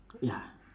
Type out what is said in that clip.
ya